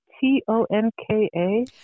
t-o-n-k-a